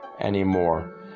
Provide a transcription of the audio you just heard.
anymore